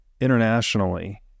internationally